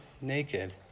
naked